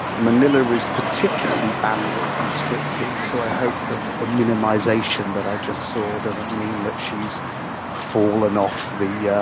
manila is particularly bandwidth constricted, so i hope the the minimization that i just saw doesn't mean that she's fallen off the